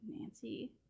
Nancy